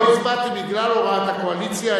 אני לא הצבעתי בגלל הוראת הקואליציה,